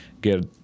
get